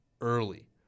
early